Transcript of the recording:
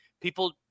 people